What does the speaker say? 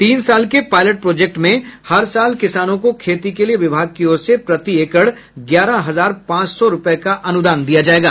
तीन सालों के पायलट प्रोजेक्ट में हर साल किसानों को खेती के लिये विभाग की ओर से प्रति एकड़ ग्यारह हजार पांच सौ रुपये का अनुदान दिया जाएगा